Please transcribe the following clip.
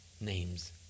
name's